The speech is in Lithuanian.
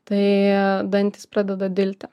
tai dantys pradeda dilti